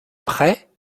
prêt